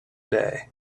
day